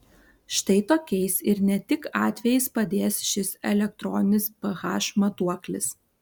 štai tokiais ir ne tik atvejais padės šis elektroninis ph matuoklis